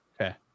Okay